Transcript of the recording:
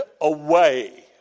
away